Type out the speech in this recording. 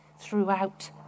throughout